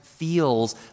feels